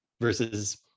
versus